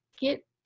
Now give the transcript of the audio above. get